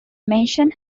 mention